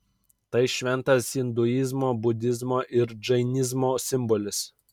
tai šventas induizmo budizmo ir džainizmo simbolis